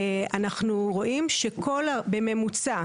אנחנו רואים שבממוצע,